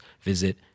visit